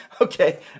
Okay